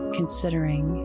considering